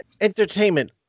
entertainment